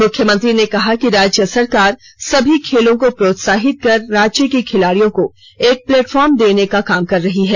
मुख्यमंत्री ने कहा कि राज्य सरकार सभी खेलों को प्रोत्साहित कर राज्य के खिलाड़ियों को एक प्लेटफार्म देने का काम कर रही है